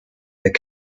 their